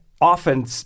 often